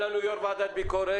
היה לנו יושב-ראש ועדת ביקורת.